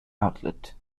outlets